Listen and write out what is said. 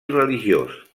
religiós